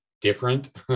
different